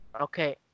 Okay